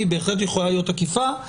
היא בהחלט יכולה להיות עקיפה.